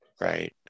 Right